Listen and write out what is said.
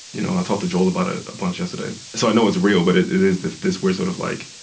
you know, i talked to joel about a bunch yesterday, so i know it's real, but it it is if this were sort of like,